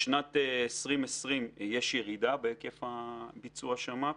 בשנת 2020 יש ירידה בהיקף ביצוע שמ"פ.